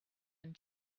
and